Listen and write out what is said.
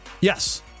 Yes